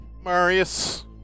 Marius